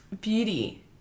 beauty